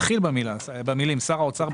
מתחיל במילים: "שר האוצר,